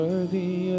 Worthy